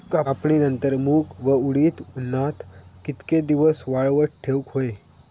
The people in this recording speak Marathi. कापणीनंतर मूग व उडीद उन्हात कितके दिवस वाळवत ठेवूक व्हये?